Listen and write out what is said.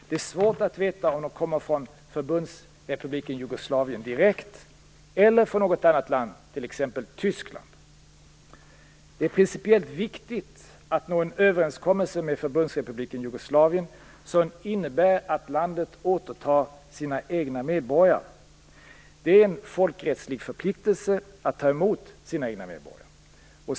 Det är svårt att veta om de kommer från Förbundsrepubliken Jugoslavien direkt eller från något annat land, t.ex. Tyskland. Det är principiellt viktigt att nå en överenskommelse med Förbundsrepubliken Jugoslavien som innebär att landet återtar sina egna medborgare. Det är en folkrättslig förpliktelse att ta emot sina egna medborgare.